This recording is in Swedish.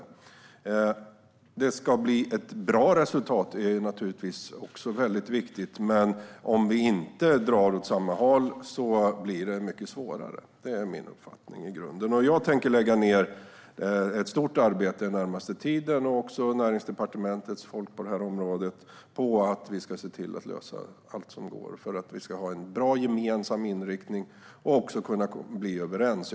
Att det ska bli ett bra resultat är naturligtvis också väldigt viktigt, men om vi inte drar åt samma håll blir det mycket svårare. Det är min uppfattning i grunden. Jag och Näringsdepartementets folk på det här området tänker lägga ned ett stort arbete den närmaste tiden för att lösa allt som går, för att vi ska ha en bra gemensam inriktning och kunna bli överens.